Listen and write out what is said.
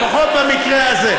לפחות במקרה הזה.